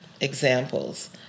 examples